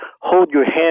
hold-your-hand